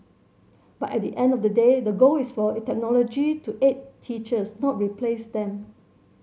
but at the end of the day the goal is for technology to aid teachers not replace them